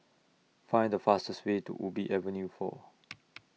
Find The fastest Way to Ubi Avenue four